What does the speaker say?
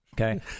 okay